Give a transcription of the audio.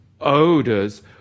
odors